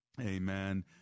amen